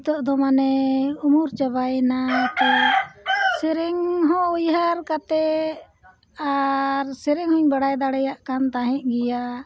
ᱱᱤᱛᱳᱜ ᱫᱚ ᱢᱟᱱᱮ ᱩᱢᱮᱨ ᱪᱟᱵᱟᱭᱮᱱᱟ ᱛᱚ ᱥᱮᱨᱮᱧ ᱦᱚᱸ ᱩᱭᱦᱟᱹᱨ ᱠᱟᱛᱮ ᱟᱨ ᱥᱮᱨᱮᱧ ᱦᱚᱸᱧ ᱵᱟᱲᱟᱭ ᱫᱟᱲᱮᱭᱟᱜ ᱠᱟᱱ ᱛᱟᱦᱮᱸᱜ ᱜᱮᱭᱟ